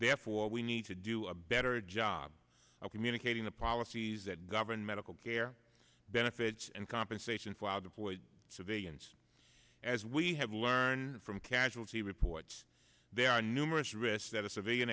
therefore we need to do a better job of communicating the policies that govern medical care benefits and compensation for out deployed civilians as we have learned from casualty reports there are numerous risks that a civilian